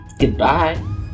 Goodbye